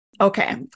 Okay